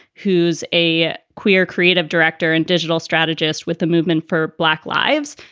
who's a queer creative director and digital strategist with the movement for black lives.